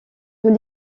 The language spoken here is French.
tous